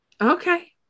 Okay